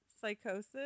psychosis